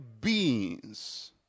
beings